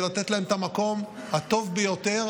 ולתת להם את המקום הטוב ביותר,